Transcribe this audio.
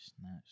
Snatch